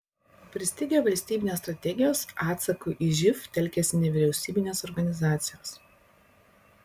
pristigę valstybinės strategijos atsakui į živ telkiasi nevyriausybinės organizacijos